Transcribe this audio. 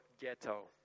Ghetto